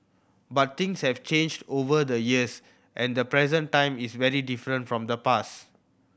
but things have changed over the years and the present time is very different from the past